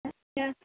اچھا